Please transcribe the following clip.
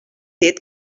dit